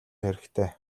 хэрэгтэй